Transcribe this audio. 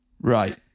Right